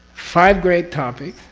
five great topics,